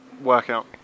workout